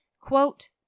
Quote